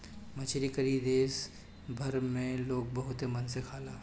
मछरी करी देश भर में लोग बहुते मन से खाला